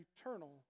eternal